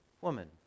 Woman